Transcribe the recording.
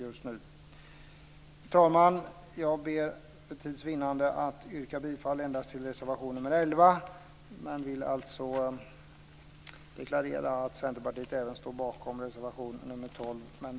Fru talman! Jag yrkar för tids vinnande bifall endast till reservation nr 11 men vill deklarera att Centerpartiet även står bakom reservation nr 12.